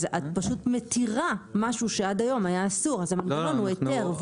את פשוט מתירה משהו שעד היום היה אסור אז אמרנו היתר,